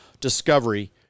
discovery